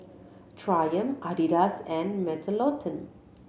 Triumph Adidas and Mentholatum